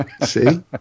see